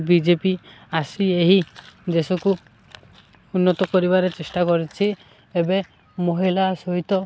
BJP ଆସି ଏହି ଦେଶକୁ ଉନ୍ନତ କରିବାରେ ଚେଷ୍ଟା କରିଛି ଏବେ ମହିଳା ସହିତ